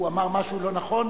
הוא אמר משהו לא נכון?